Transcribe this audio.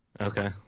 Okay